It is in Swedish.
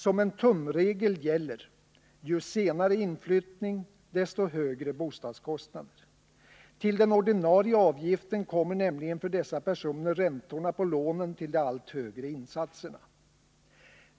Som en tumregel gäller: ju senare inflyttning, desto högre bostadskostnader. Till den ordinarie avgiften kommer nämligen för dessa personer räntorna på lånen till de allt högre insatserna.